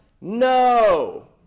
No